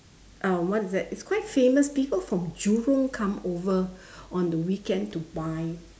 uh what is that it's quite famous people from jurong come over on the weekend to buy